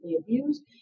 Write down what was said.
abused